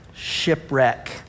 shipwreck